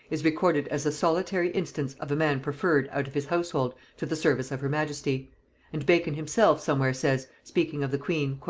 is recorded as the solitary instance of a man preferred out of his household to the service of her majesty and bacon himself somewhere says, speaking of the queen,